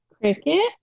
Cricket